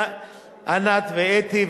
ענת ואתי,